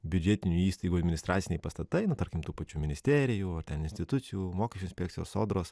biudžetinių įstaigų administraciniai pastatai na tarkim tų pačių ministerijų o ten institucijų mokesčių inspekcijos sodros